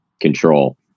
control